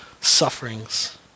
sufferings